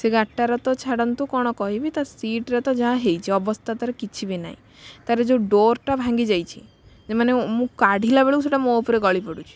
ସେ ଗାଡ଼ିଟାର ତ ଛାଡ଼ନ୍ତୁ କ'ଣ କହିବି ତା ସିଟ୍ରେ ତ ଯାହା ହେଇଛି ଅବସ୍ଥା ତା'ର କିଛି ବି ନାହିଁ ତା'ର ଯେଉଁ ଡୋର୍ଟା ଭାଙ୍ଗିଯାଇଛି ମାନେ ମୁଁ କାଢ଼ିଲା ବେଳକୁ ସେଟା ମୋ ଉପରେ ଗଳି ପଡ଼ୁଛି